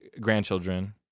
grandchildren